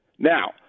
Now